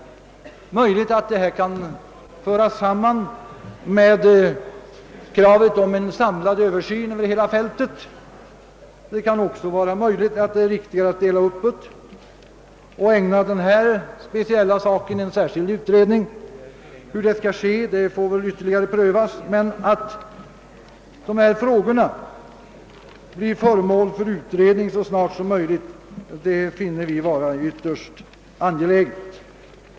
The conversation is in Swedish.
Det är möjligt att detta kan ingå i den samlade översyn av hela fältet som krävs; det är också möjligt att det är riktigare att dela upp frågorna och ägna denna speciella utbildning en särskild utredning — det bör ytterligare prövas. Men det är ytterst angeläget att en utredning kommer till stånd.